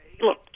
look